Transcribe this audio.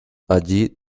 allí